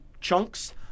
chunks